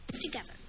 together